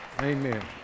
Amen